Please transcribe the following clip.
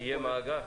יהיה מאגר?